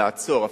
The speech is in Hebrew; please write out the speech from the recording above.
לעצור,